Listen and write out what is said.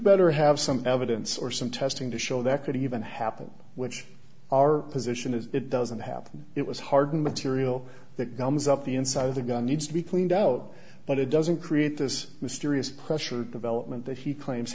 better have some evidence or some testing to show that could even happen which our position is it doesn't happen it was harden material that comes up the inside of the gun needs to be cleaned out but it doesn't create this mysterious pressure development that he claims